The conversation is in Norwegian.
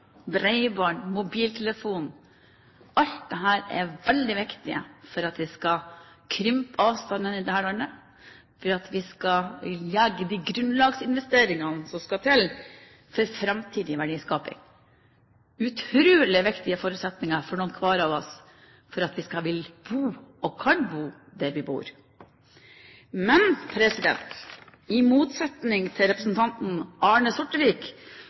bredbånd, mobiltelefon – alt dette er veldig viktig for at vi skal krympe avstander i dette landet, for at vi skal legge de grunnlagsinvesteringene som skal til for framtidig verdiskaping. Dette er utrolig viktige forutsetninger for enhver av oss, for at vi skal kunne bo der vi bor. Men i motsetning til representanten Arne Sortevik